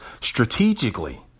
strategically